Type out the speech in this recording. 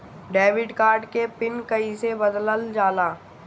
Debit card के pin कईसे बदलल जाला?